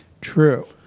True